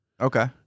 Okay